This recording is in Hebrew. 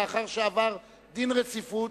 לאחר שעבר דין רציפות,